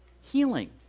healing